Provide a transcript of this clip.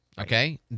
okay